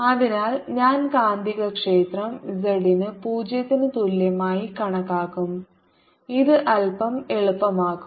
അതിനാൽ ഞാൻ കാന്തികക്ഷേത്രം z ന് 0 ന് തുല്യമായി കണക്കാക്കും ഇത് അൽപ്പം എളുപ്പമാക്കുന്നു